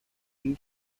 لحظه